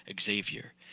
Xavier